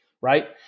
Right